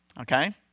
okay